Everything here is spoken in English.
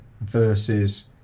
versus